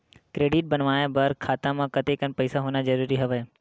Credit बनवाय बर खाता म कतेकन पईसा होना जरूरी हवय?